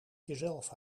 jezelf